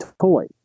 toy